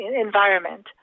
environment